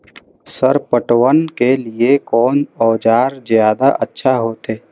Sir पटवन के लीऐ कोन औजार ज्यादा अच्छा होते?